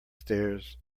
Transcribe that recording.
stairs